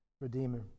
Redeemer